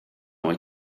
wyt